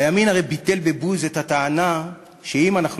הימין הרי ביטל בבוז את הטענה שאם אנחנו